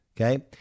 Okay